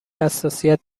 حساسیت